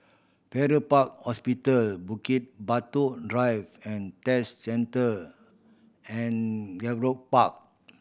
Farrer Park Hospital Bukit Batok Drive and Test Centre and Gallop Park